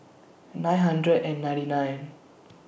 nine hundred and ninety nine